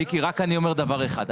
מיקי, אני אומר דבר אחד.